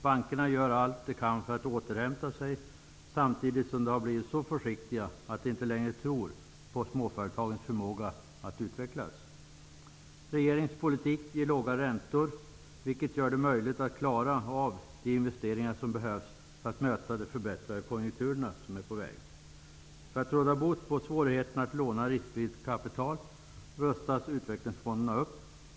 Bankerna gör allt de kan för att återhämta sig, samtidigt som de blivit så försiktiga att de inte längre tror på småföretagens förmåga att utvecklas. Regeringens politik ger låga räntor, vilket gör det möjligt att klara de investeringar som behövs för att möta de förbättrade konjunkturer som är på väg. För att råda bot på svårigheterna att låna riskvilligt kapital rustas utvecklingsfonderna upp.